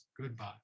Goodbye